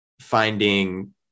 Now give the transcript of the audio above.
finding